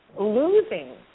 losing